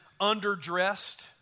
underdressed